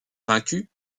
vaincus